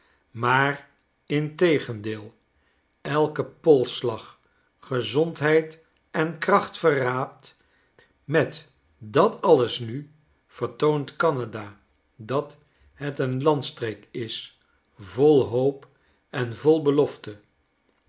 maar integendeel elke polslag gezondheid en kracht verraadt met dat alles nu toont canada dat het een landstreek is vol hoop en vol belofte